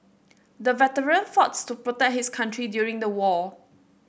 the veteran to protect his country during the war